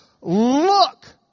Look